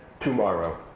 tomorrow